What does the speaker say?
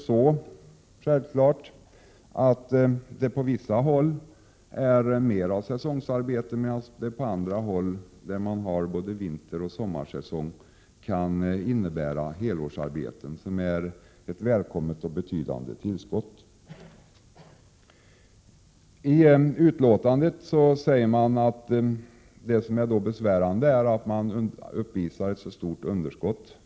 Självfallet är turismen på vissa håll mer av säsongsarbete, medan den på andra håll, där man har både vinteroch sommarsäsong, kan innebära helårsarbete, vilket är ett välkommet och betydande tillskott. I betänkandet sägs att det är besvärande att turistnettot uppvisar ett så stort underskott.